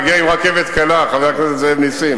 הוא יגיע עם רכבת קלה, חבר הכנסת זאב נסים.